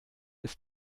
ist